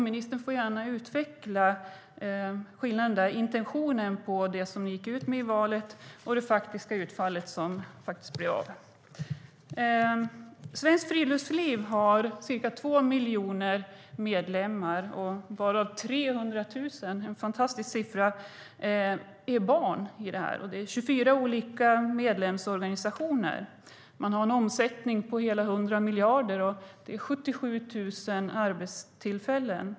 Ministern får gärna utveckla skillnaden mellan intentionen, som ni gick ut med i valrörelsen, och det faktiska utfallet. Svenskt Friluftsliv har cirka två miljoner medlemmar, varav 300 000 - en fantastisk siffra - är barn. Det är 24 olika medlemsorganisationer. Man har en omsättning på hela 100 miljarder, och det är 77 000 arbetstillfällen.